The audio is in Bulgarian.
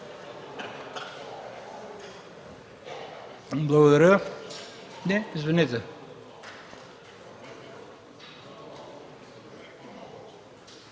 благодаря,